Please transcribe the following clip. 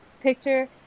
picture